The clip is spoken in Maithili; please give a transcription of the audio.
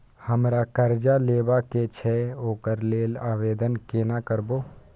हमरा कर्जा लेबा के छै ओकरा लेल आवेदन केना करबै?